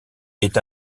est